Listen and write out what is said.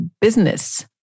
business